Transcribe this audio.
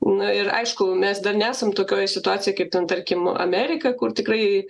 nu ir aišku mes dar nesam tokioj situacijoj kaip ten tarkim amerika kur tikrai